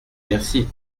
merci